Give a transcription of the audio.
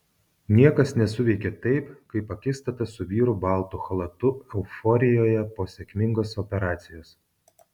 niekas nesuveikė taip kaip akistata su vyru baltu chalatu euforijoje po sėkmingos operacijos